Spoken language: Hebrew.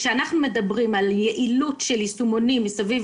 כשאנחנו מדברים על יעילות של יישומונים מסביב